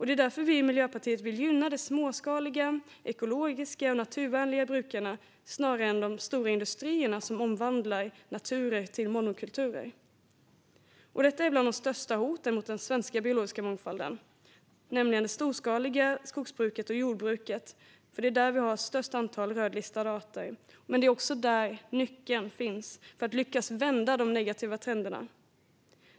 Det är därför vi i Miljöpartiet vill gynna de småskaliga, ekologiska och naturvänliga brukarna snarare än de stora industrierna som omvandlar natur till monokulturer. Det storskaliga skogsbruket och jordbruket är bland de största hoten mot den svenska biologiska mångfalden. Det är där vi har störst antal rödlistade arter, men det är också där nyckeln finns för att lyckas vända de negativa trenderna.